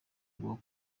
bwo